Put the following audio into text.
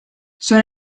sono